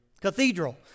cathedral